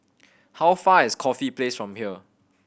how far is Corfe Place from here